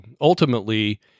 Ultimately